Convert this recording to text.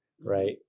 right